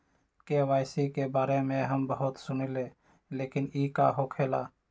KYC के बारे में हम बहुत सुनीले लेकिन इ का होखेला?